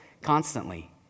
constantly